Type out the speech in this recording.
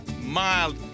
mild